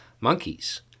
monkeys